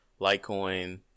Litecoin